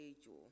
angel